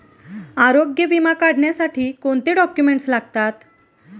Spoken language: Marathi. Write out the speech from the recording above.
आरोग्य विमा काढण्यासाठी कोणते डॉक्युमेंट्स लागतात?